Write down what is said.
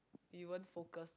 we weren't focus